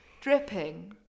Dripping